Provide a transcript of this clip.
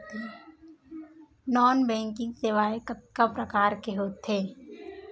non banking सेवाएं कतका प्रकार के होथे